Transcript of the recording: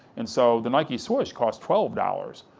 and so the nike swish cost twelve dollars.